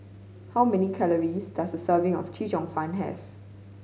how many calories does a serving of Chee Cheong Fun have